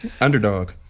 Underdog